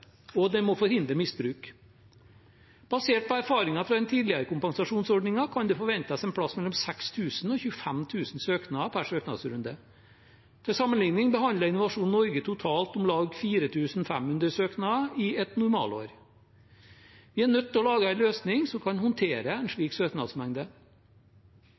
og det må forhindre misbruk. Basert på erfaringer fra den tidligere kompensasjonsordningen kan det forventes et sted mellom 6 000 og 25 000 søknader per søknadsrunde. Til sammenligning behandler Innovasjon Norge totalt om lag 4 500 søknader i et normalår. Vi er nødt til å lage en løsning som kan håndtere en